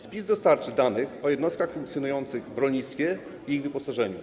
Spis dostarczy danych o jednostkach funkcjonujących w rolnictwie i ich wyposażeniu,